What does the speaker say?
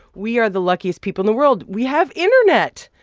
we are the luckiest people in the world. we have internet.